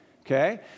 Okay